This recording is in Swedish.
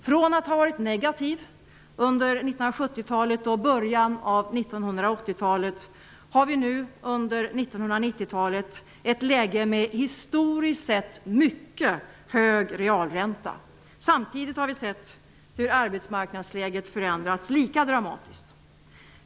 Från att ha varit negativ under 1970-talet och början av 1980-talet har vi nu under 1990-talet ett läge med historiskt sett mycket hög realränta. Samtidigt har vi sett hur arbetsmarknadsläget förändrats lika dramatiskt.